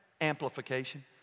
Amplification